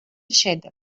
schäden